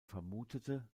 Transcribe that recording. vermutete